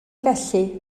felly